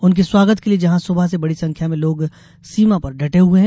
उनके स्वागत के लिये जहां सुबह से बड़ी संख्या में लोग सीमा पर डटे हुये हैं